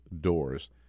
doors